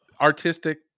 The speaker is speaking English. Artistic